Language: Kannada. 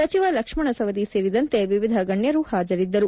ಸಚಿವ ಲಕ್ಷ್ಮಣ್ ಸವದಿ ಸೇರಿದಂತೆ ವಿವಿಧ ಗಣ್ಯರು ಹಾಜರಿದ್ದರು